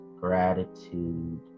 gratitude